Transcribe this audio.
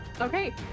Okay